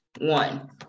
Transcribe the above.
one